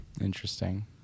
Interesting